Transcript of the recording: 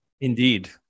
Indeed